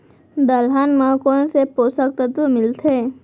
दलहन म कोन से पोसक तत्व मिलथे?